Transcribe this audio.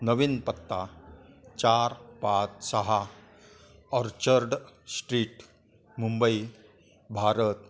नवीन पत्ता चार पाच सहा ऑर्चर्ड श्ट्रीट मुंबई भारत